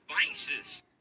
devices